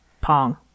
Pong